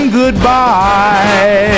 goodbye